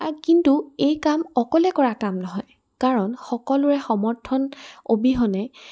কিন্তু এই কাম অকলে কৰা কাম নহয় কাৰণ সকলোৰে সমৰ্থন অবিহনে